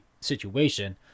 situation